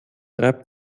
reibt